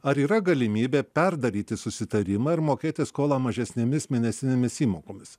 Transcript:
ar yra galimybė perdaryti susitarimą ir mokėti skolą mažesnėmis mėnesinėmis įmokomis